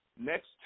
Next